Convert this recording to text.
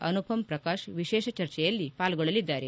ಅನುಪಮ್ ಪ್ರಕಾಶ್ ವಿಶೇಷ ಚರ್ಚೆಯಲ್ಲಿ ಪಾಲ್ಗೊಳ್ಳಲಿದ್ದಾರೆ